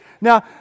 Now